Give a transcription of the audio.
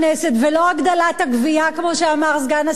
ולא הגדלת הגבייה כמו שאמר סגן השר כהן.